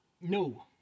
No